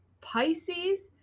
pisces